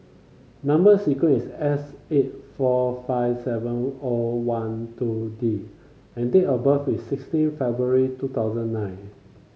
number sequence is S eight four five seven O one two D and date of birth is sixteen February two thousand nine